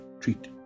treat